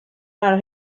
ajal